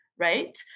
Right